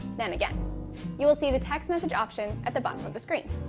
then again you will see the text message option at the bottom of the screen.